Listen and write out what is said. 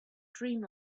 dream